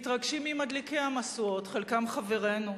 מתרגשים ממדליקי המשואות, חלקם חברינו.